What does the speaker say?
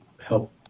help